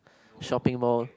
shopping mall